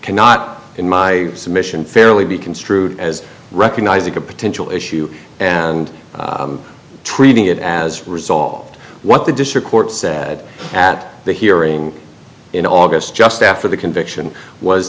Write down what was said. cannot in my submission fairly be construed as recognizing a potential issue and treating it as resolved what the district court said at the hearing in august just after the conviction was